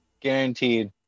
Guaranteed